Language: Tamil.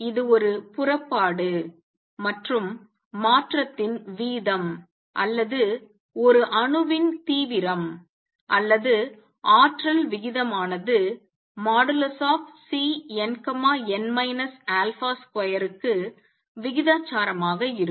இது ஒரு புறப்பாடு மற்றும் மாற்றத்தின் வீதம் அல்லது ஒரு அணுவின் தீவிரம் அல்லது ஆற்றல் விகிதம் ஆனது |Cnn α|2 க்கு விகிதாசாரமாக இருக்கும்